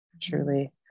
truly